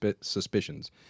suspicions